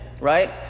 right